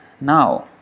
now